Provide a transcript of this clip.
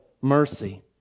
mercy